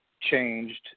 changed